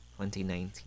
2019